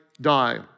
die